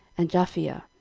and japhia,